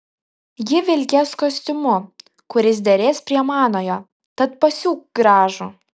ji vilkės kostiumu kuris derės prie manojo tad pasiūk gražų